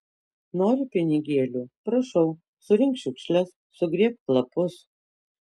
nori pinigėlių prašau surink šiukšles sugrėbk lapus